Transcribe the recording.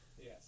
Yes